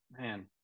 man